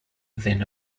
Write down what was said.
within